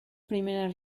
primeras